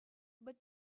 but